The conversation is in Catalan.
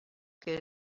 que